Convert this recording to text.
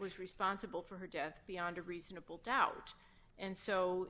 was responsible for her death beyond a reasonable doubt and so